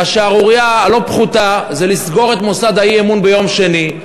השערורייה הלא-פחותה זה לסגור את מוסד האי-אמון ביום שני.